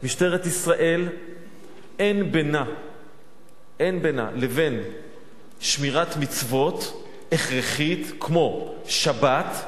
משטרת ישראל אין בינה לבין שמירת מצוות הכרחית כמו שבת,